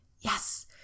Yes